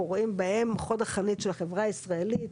אנחנו רואים בהם חוד החנית של החברה הישראלית,